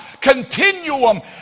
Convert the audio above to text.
continuum